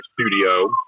studio